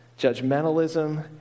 judgmentalism